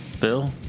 Bill